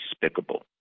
despicable